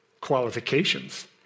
qualifications